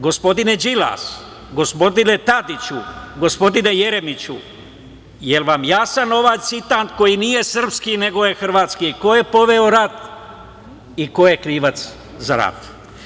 Gospodine Đilas, gospodine Tadiću, gospodine Jeremiću, jel vam jasan ovaj citat koji nije srpski nego je hrvatski, ko je poveo rat i ko je krivac za rat?